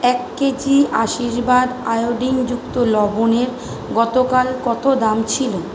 এক কেজি আশীর্বাদ আয়োডিনযুক্ত লবণের গতকাল কত দাম ছিল